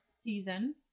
season